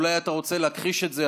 אולי אתה רוצה להכחיש את זה,